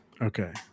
Okay